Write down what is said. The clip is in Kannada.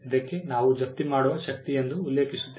ಇದಕ್ಕೆ ನಾವು ಜಪ್ತಿ ಮಾಡುವ ಶಕ್ತಿ ಎಂದು ಉಲ್ಲೇಖಿಸುತ್ತೇವೆ